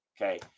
Okay